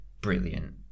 brilliant